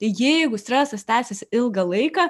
jeigu stresas tęsiasi ilgą laiką